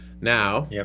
Now